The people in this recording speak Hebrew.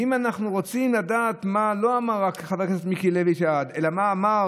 ואם אנחנו רוצים לדעת מה לא אמר חבר כנסת מיקי לוי אלא מה אמר